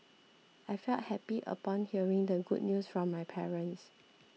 I felt happy upon hearing the good news from my parents